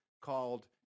called